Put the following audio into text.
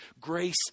Grace